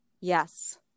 Yes